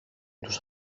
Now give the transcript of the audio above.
τους